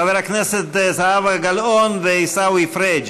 חברי הכנסת זהבה גלאון ועיסאווי פריג'.